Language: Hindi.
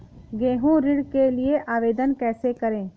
गृह ऋण के लिए आवेदन कैसे करें?